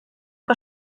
que